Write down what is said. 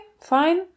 fine